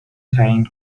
تعیین